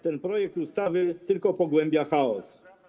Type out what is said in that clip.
Ten projekt ustawy tylko pogłębia chaos.